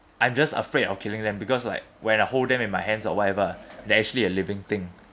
I'm just afraid of killing them because like when I hold them in my hands or whatever they actually a living thing